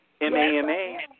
M-A-M-A